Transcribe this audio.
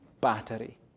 battery